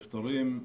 נפטרים,